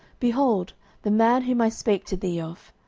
behold the man whom i spake to thee of!